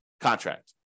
contract